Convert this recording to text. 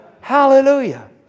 Hallelujah